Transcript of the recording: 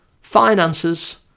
finances